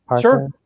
Sure